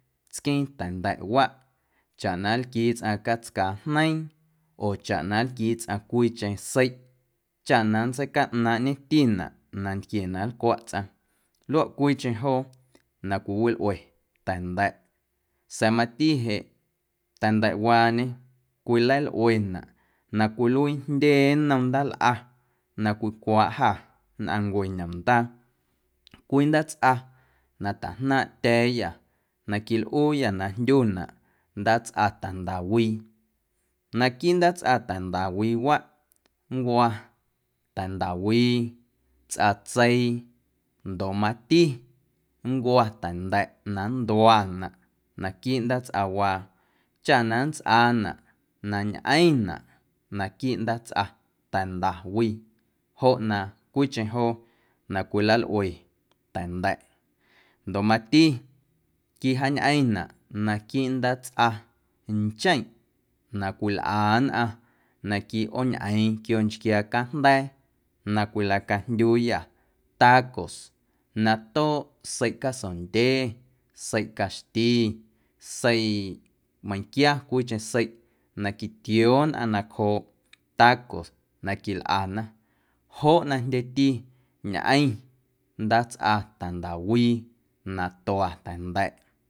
Tsqueeⁿ ta̱nda̱ꞌwaꞌ chaꞌ na nlquii tsꞌaⁿ catscaa jneiiⁿ oo chaꞌ na nlquii tsꞌaⁿ cwiicheⁿ seiꞌ chaꞌ na nntseicaꞌnaaⁿꞌñetinaꞌ nantquie na nlcwaꞌ tsꞌaⁿ luaꞌ cwiicheⁿ joo na cwiwilꞌue ta̱nda̱ꞌ. Sa̱a̱ mati jeꞌ ta̱nda̱ꞌwaañe cwilalꞌuenaꞌ na cwiluii jndye nnom ndaalꞌa na cwicwaaꞌ jâ nnꞌaⁿncue ñomndaa cwii ndaatsꞌa na tajnaaⁿꞌtya̱a̱yâ na quilꞌuuyâ na jndyunaꞌ ndaatsꞌa tandawii naquiiꞌ ndaatsꞌa tandawiiwaꞌ nncwa tandawii, tsꞌatseii ndoꞌ mati nncwo̱ ta̱nda̱ꞌ na nnduanaꞌ naquiiꞌ ndaatsꞌawaa chaꞌ na nntsꞌaanaꞌ na ñꞌeⁿnaꞌ naquiiꞌ ndaatsꞌa tandawii joꞌ na cwiicheⁿ joo na cwilalꞌue ta̱nda̱ꞌ ndoꞌ mati quijaañꞌeⁿnaꞌ naquiiꞌ ndaatsꞌa ncheⁿꞌ na cwilꞌa nnꞌaⁿ na quiꞌooñꞌeeⁿ quio nchquiaa cajnda̱a̱ na cwilacajndyuuyâ tacos na tooꞌ seiꞌ casondyee, seiꞌ caxti, seiꞌ meiⁿnquia cwiicheⁿ seiꞌ na quitioo nnꞌaⁿ nacjooꞌ tacos na quilꞌana joꞌ na jndyeti ñꞌeⁿ ndaatsꞌa tandawii na tua ta̱nda̱ꞌ.